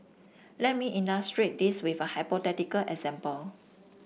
let me illustrate this with a hypothetical example